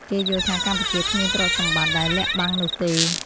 គេយល់់ថាកម្ពុជាគ្មានទ្រព្យសម្បត្តិដែលលាក់បាំងនោះទេ ។